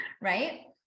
Right